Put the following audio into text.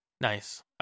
Nice